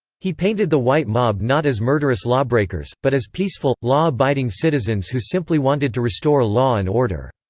he painted the white mob not as murderous lawbreakers, but as peaceful, law-abiding citizens who simply wanted to restore law and order.